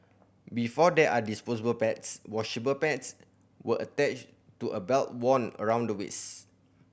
before there are disposable pads washable pads were attached to a belt worn around the waist